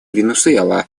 венесуэла